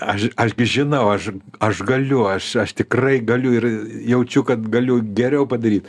aš aš gi žinau aš aš galiu aš aš tikrai galiu ir jaučiu kad galiu geriau padaryt